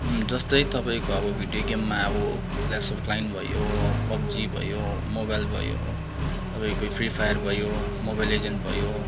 जस्तै तपाईँको अब भिडियो गेममा अब क्ल्यास अफ क्लाइन भयो पबजी भयो मोबाइल भयो तपाईँको यो फ्रि फायर भयो मोबाइल लिजेन्ड्स भयो